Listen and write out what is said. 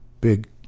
big